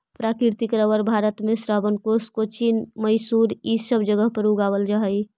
प्राकृतिक रबर भारत में त्रावणकोर, कोचीन, मैसूर इ सब जगह पर उगावल जा हई